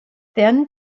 then